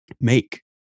make